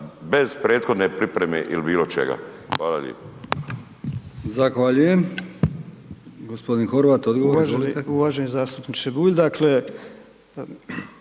bez prethodne pripreme ili bilo čega. Hvala lijepo.